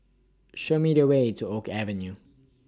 Show Me The Way to Oak Avenue